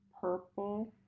Purple